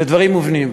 אלה דברים מובנים.